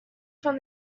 from